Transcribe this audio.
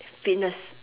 fitness